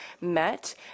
met